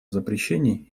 запрещении